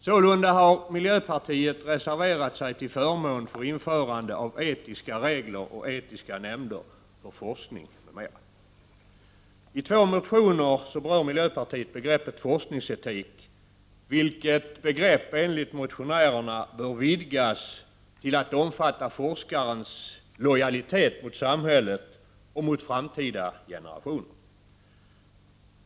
Sålunda har miljöpartiet reserverat sig till förmån för införande av etiska regler och etiska nämnder för forskning m.m. I två motioner berör miljöpartiet begreppet forskningsetik, ett begrepp som enligt motionärerna bör vidgas till att omfatta forskarens lojalitet mot samhället och mot framtida generationer.